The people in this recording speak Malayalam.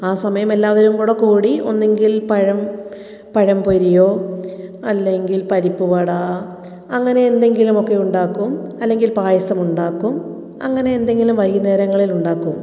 ആ സമയം എല്ലാവരും കൂടി കൂടി ഒന്നെങ്കില് പഴം പഴംപൊരിയോ അല്ലെങ്കില് പരിപ്പുവട അങ്ങനെ എന്തെങ്കിലുമൊക്കെ ഉണ്ടാക്കും അല്ലെങ്കില് പായസം ഉണ്ടാക്കും അങ്ങനെ എന്തെങ്കിലും വൈകുന്നേരങ്ങളില് ഉണ്ടാക്കും